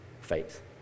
faith